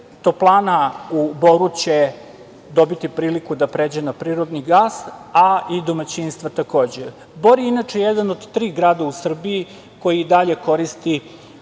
Toplana u Boru će dobiti priliku da pređe na prirodni gas, a i domaćinstva takođe. Bor je inače jedan od tri grada u Srbiji koji i dalje koristi